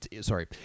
Sorry